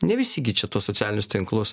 ne visi gi čia tuos socialinius tinklus